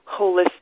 holistic